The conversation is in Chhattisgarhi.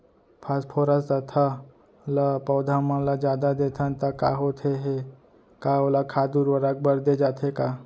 फास्फोरस तथा ल पौधा मन ल जादा देथन त का होथे हे, का ओला खाद उर्वरक बर दे जाथे का?